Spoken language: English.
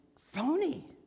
phony